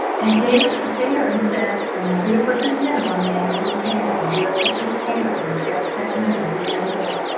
and gave it to bear and said, i want you to put this minnow on the end of your tail. and bear took his tail, and attached that minnow to the end of it.